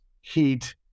heat